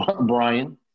Brian